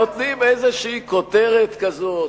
נותנים איזו כותרת כזאת: